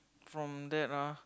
from that ah